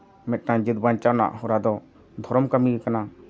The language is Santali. ᱢᱤᱫᱴᱟᱱ ᱡᱟᱹᱛ ᱵᱟᱧᱪᱟᱣ ᱨᱮᱱᱟᱜ ᱦᱚᱨᱟ ᱫᱚ ᱫᱷᱚᱨᱚᱢ ᱠᱟᱹᱢᱤᱜᱮ ᱠᱟᱱᱟ